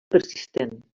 persistent